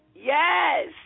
Yes